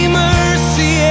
mercy